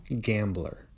gambler